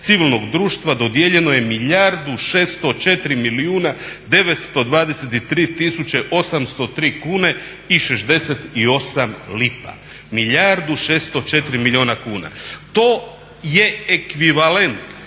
civilnog društva dodijeljeno je milijardu i 604 milijuna 923 tisuće 803 kune i 68 lipa. Milijardu i 604 milijuna kuna! To je ekvivalent